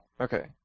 Okay